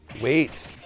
Wait